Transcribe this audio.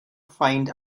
find